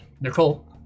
Nicole